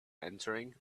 entering